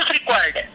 required